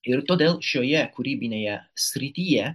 ir todėl šioje kūrybinėje srityje